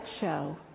show